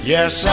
Yes